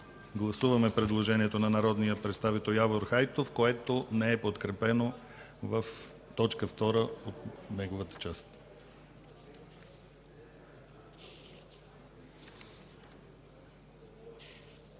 гласуваме предложението на народния представител Явор Хайтов, което не е подкрепено в т. 2. Гласували